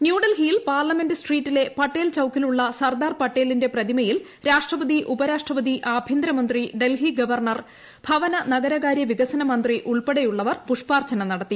ന്യൂഡൽഹിയിൽ പാർലമെന്റ് സ്ട്രീറ്റിലെ പട്ടേൽ ചൌക്കിലുള്ള സർദാർ പട്ടേലിന്റെ പ്രതിമയിൽ രാഷ്ട്രപതി ഉപരാഷ്ട്രപതി ആഭ്യന്തരമന്ത്രി ഡൽഹി ഗ്ലവർണർ ഭവന നഗരകാര്യ വികസന മന്ത്രിയുൾപ്പെടെയുള്ളവർ പുഷ്പാർച്ചന നടത്തി